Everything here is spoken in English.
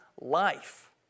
life